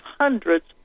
hundreds